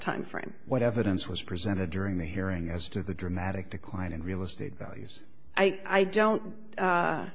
time frame what evidence was presented during the hearing as to the dramatic decline in real estate values i don't